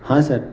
ہاں سر